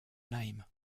name